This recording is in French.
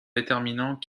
déterminant